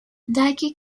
dyke